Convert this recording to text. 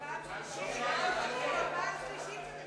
זו פעם שלישית שאתה קורא לו לסדר.